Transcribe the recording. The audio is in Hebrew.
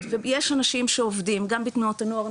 ויש אנשים שעובדים גם בתנועות הנוער,